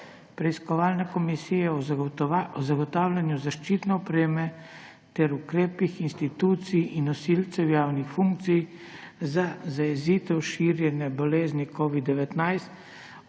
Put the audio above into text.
Preiskovalne komisije o zagotavljanju zaščitne opreme ter ukrepih institucij in nosilcev javnih funkcij za zajezitev širjenja bolezni covid-19